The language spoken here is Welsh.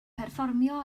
perfformio